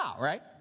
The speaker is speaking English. right